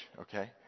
okay